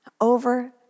Over